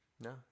no